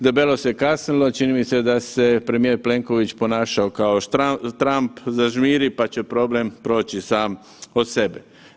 Debelo se kasnilo, čini mi se da se premijer Plenković ponašao kao Trump zažmiri pa će problem proći sam od sebe.